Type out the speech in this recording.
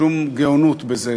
גאונות בזה,